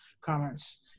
comments